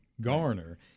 garner